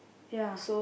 ya